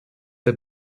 der